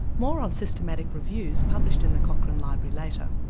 more on systematic reviews published in the cochrane library later.